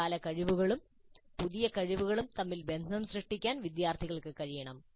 മുൻകാല കഴിവുകളും പുതിയ കഴിവുകളും തമ്മിൽ ബന്ധം സൃഷ്ടിക്കാൻ വിദ്യാർത്ഥികൾക്ക് കഴിയണം